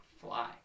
fly